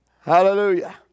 Hallelujah